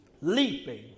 leaping